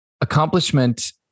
Accomplishment